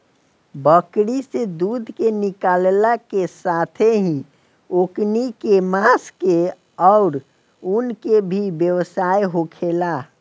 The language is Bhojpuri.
बकरी से दूध के निकालला के साथेही ओकनी के मांस के आउर ऊन के भी व्यवसाय होखेला